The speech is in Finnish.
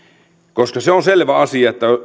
koska se on selvä asia että